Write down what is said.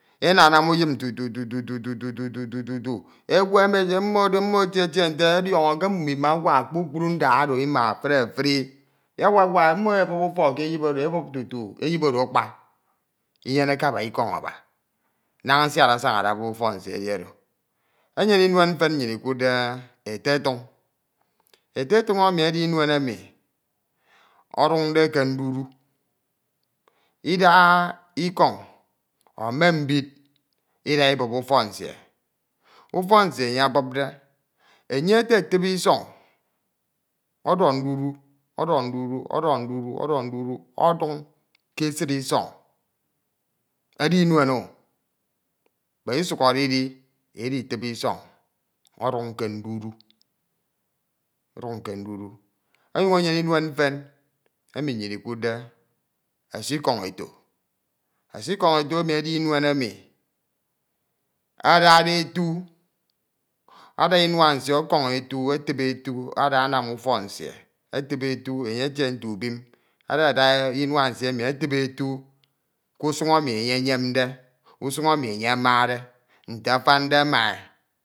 Enanam uyim tutu tutu tutu tutu tutu mmo etie tie edirọñọ ke mmimo imaurak kpukpru ndak oro ima efuri efuri awawak mmo ebebup ufọk ke eyip oro, ebup tutu eyip oro akpa, iwgeneke aba ikoñ aba naña nsiad asañade ebue ufọk nsie edi oro. Enyene iwuen mfen nwyin ikuudde etetuñ. Etetuñ emo edi imen emj o̱dunade ke ndudu, idaha ikoñ me mbid ida ibuo ufok nsie. Ufo̱k nsie enye abuode, enye etetibi isọñ ọdọk ndudu, ọdọk ndudu, o̱dọk ndudu ọduñ ke esidisọñ, edi muen o but isukhọde idi etetibi isọñ ọden ke ndudu, oden ke ndudu. Ọnyuñ enyene inuen mfen emi neyin ikuudde esikọñ-eto. Esikọñ-eto emi edi inuen emi ada etu, ada inua nsie o̱kọñ etu, etebi etu enye etie nte ubrion adada inua emi etebi etu ke usun emi enye eyemde, usun emi enye amade nte afande mae.